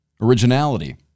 Originality